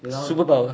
you know